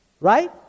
Right